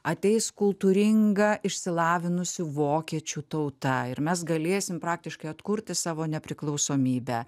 ateis kultūringa išsilavinusi vokiečių tauta ir mes galėsim praktiškai atkurti savo nepriklausomybę